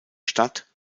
statt